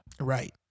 Right